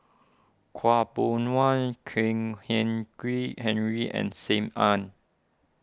Khaw Boon Wan Kwek Hian Chuan Henry and Sim Ann